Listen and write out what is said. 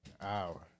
hour